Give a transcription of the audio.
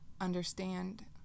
understand